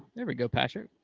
there we go, patrick.